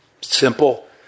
Simple